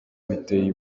biteye